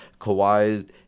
Kawhi